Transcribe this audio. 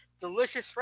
delicious